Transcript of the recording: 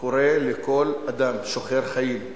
לכל אדם שוחר חיים,